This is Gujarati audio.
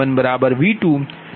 બરાબર